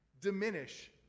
diminish